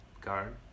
guard